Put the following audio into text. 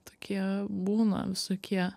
tokie būna visokie